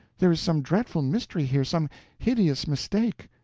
there is some dreadful mystery here, some hideous mistake.